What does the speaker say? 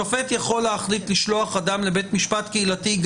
שופט יכול להחליט לשלוח אדם לבית משפט קהילתי,